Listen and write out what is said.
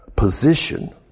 Position